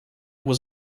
was